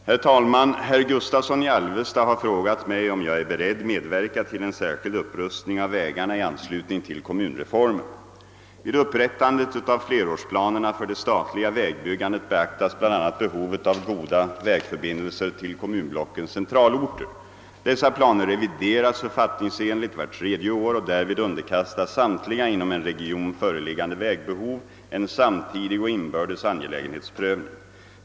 Herr talman! Herr Gustavsson i Alvesta har frågat mig om jag är beredd medverka till en särskild upprustning av vägarna i anslutning till kommunreformen. Vid upprättande av flerårsplanerna för det statliga vägbyggandet beaktas bl.a. behovet av goda vägförbindelser till kommunblockens centralorter. Dessa planer revideras författningsenligt vart tredje år och därvid underkastas samtliga inom en region föreliggande vägbehov en samtidig och inbördes angelägenhetsprövning.